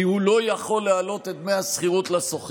כי הוא לא יכול להעלות את דמי השכירות לשוכר,